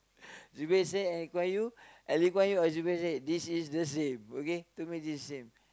Zubir Said and Lee Kuan Yew and Lee Kuan Yew or Zubir Said this is the same okay to me this is the same